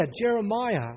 Jeremiah